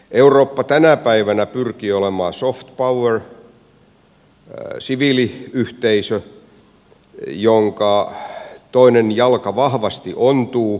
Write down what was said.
eurooppa tänä päivänä pyrkii olemaan soft power siviiliyhteisö jonka toinen jalka vahvasti ontuu